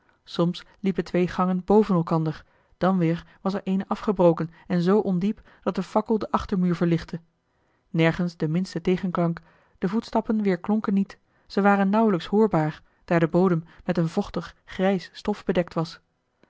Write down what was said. soms liepen twee gangen boven elkander dan weer was er eene afgebroken en zoo ondiep dat de fakkel den achtermuur verlichtte nergens de minste tegenklank de voetstappen weereli heimans willem roda klonken niet ze waren nauwelijks hoorbaar daar de bodem met een vochtig grijs stof bedekt was